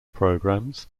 programs